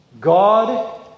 God